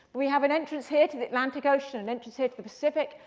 we have an entrance here to the atlantic ocean, an entrance here to the pacific.